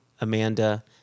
Amanda